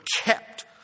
kept